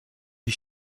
est